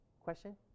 question